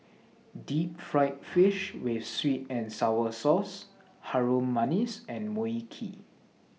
Deep Fried Fish with Sweet and Sour Sauce Harum Manis and Mui Kee